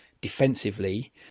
defensively